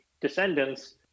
descendants